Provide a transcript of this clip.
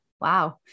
wow